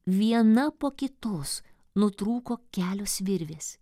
viena po kitos nutrūko kelios virvės